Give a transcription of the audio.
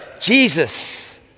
Jesus